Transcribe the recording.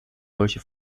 solche